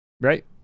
Right